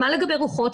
מה לגבי רוחות?